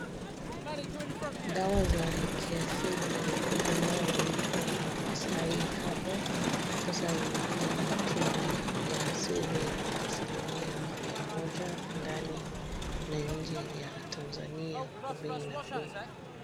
Dawa za kiasili inayoitwa MASAI HERBAL sasa inapeana tiba ya sili kwa asilimila mia moja ndani na nje ya Tanzania kwa bei nafuu.